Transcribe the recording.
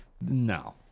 No